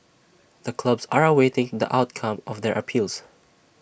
the clubs are awaiting the outcome of their appeals